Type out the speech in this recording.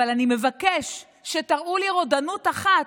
אבל אני מבקש שתראו לי רודנות אחת,